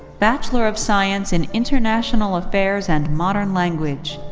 bachelor of science in international affairs and modern language.